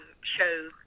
show